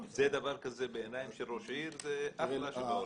דבר כזה בעיני ראש עיר, זה משהו.